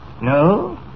No